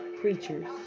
creatures